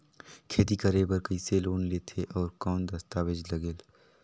खेती करे बर कइसे लोन लेथे और कौन दस्तावेज लगेल?